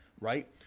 right